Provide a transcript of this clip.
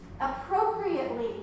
Appropriately